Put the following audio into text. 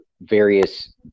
various